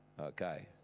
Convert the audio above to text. Okay